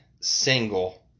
single